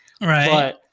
Right